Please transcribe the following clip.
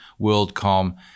Worldcom